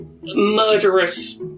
murderous